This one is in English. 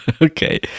okay